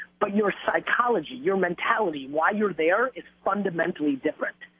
but your psychology, your mentality, why you're there is fundamentally different,